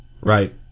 right